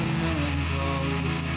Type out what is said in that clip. melancholy